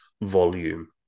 volume